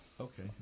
Okay